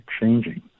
changing